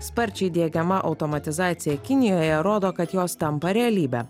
sparčiai diegiama automatizacija kinijoje rodo kad jos tampa realybe